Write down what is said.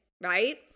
right